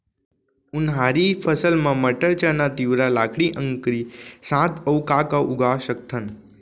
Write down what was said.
उनहारी फसल मा मटर, चना, तिंवरा, लाखड़ी, अंकरी के साथ अऊ का का उगा सकथन?